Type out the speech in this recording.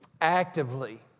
actively